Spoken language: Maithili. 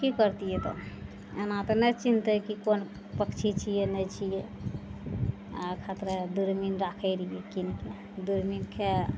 की करतियै तऽ एना तऽ नहि चिन्हतइ कि कोन पक्षी छियै नहि छियै आओर खातिर दूरबीन राखय रहियइ किनके दूरबीनके